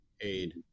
aid